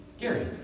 Gary